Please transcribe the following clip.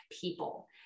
people